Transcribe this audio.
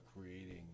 creating